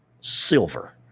silver